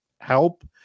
help